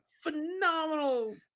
phenomenal